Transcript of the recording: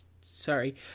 sorry